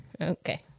Okay